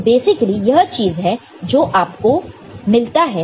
तो बेसिकली यह चीज है जो आपको मिलता है